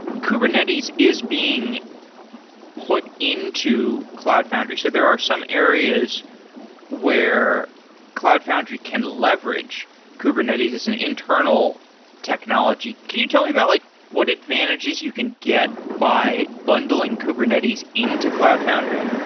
kubernetes is being put into cloud foundry. so there are some areas where cloud foundry can leverage kubernetes as an internal technology. can you tell me about like what advantages you can get by bundling kubernetes into cloud foundry?